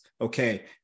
okay